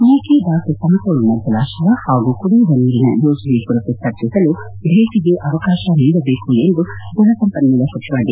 ಮೇಕೆದಾಟು ಸಮತೋಲನ ಜಲಾಶಯ ಹಾಗೂ ಕುಡಿಯುವ ನೀರಿನ ಯೋಜನೆ ಕುರಿತು ಚರ್ಚಿಸಲು ಭೇಟಿಗೆ ಅವಕಾಶ ನೀಡಬೇಕು ಎಂದು ಜಲಸಂಪನೂಲ ಸಚಿವ ಡಿ